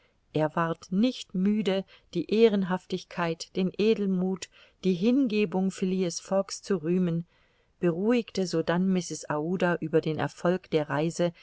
er ward nicht müde die ehrenhaftigkeit den edelmuth die hingebung phileas fogg's zu rühmen beruhigte sodann mrs aouda über den erfolg der reise